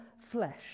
flesh